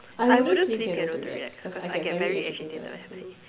I wouldn't play piano to relax cause I I get very agitated when I play